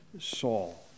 Saul